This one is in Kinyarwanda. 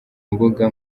imbuga